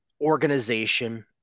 organization